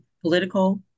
political